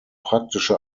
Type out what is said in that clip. praktische